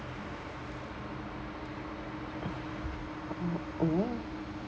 mm oh